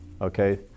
Okay